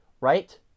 right